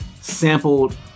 sampled